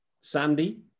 Sandy